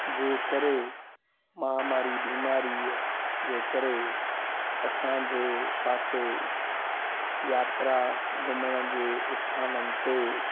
जे करे महामारी बीमारीअ जे करे असांजे पासे यात्रा घुमण जे इस्थाननि ते